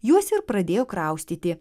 juos ir pradėjo kraustyti